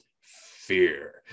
fear